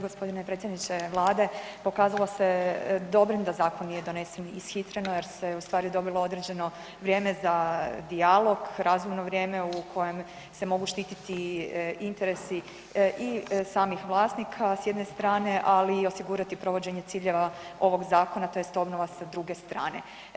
G. predsjedniče Vlade, pokazalo se dobrim da zakon nije donesen ishitreno jer se ustvari dobilo određeno vrijeme za dijalog, razvojno vrijeme u kojem se mogu štititi interesi i samih vlasnika, s jedne strane, ali i osigurati provođenje ciljeva ovog zakona, tj. obnova sa druge strane.